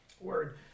Word